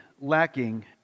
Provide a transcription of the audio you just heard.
lacking